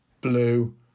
blue